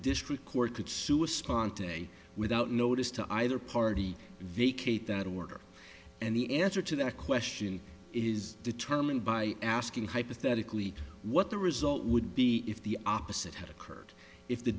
court could sue a spon today without notice to either party vacate that order and the answer to that question is determined by asking hypothetically what the result would be if the opposite had occurred if the